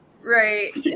Right